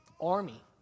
army